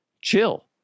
chill